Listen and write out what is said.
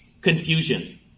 confusion